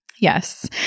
yes